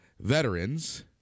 veterans